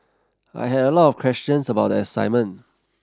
I had a lot of questions about the assignment